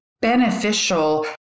beneficial